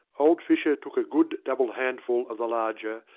old fisher took a good double handful of the larger,